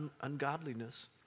ungodliness